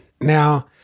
Now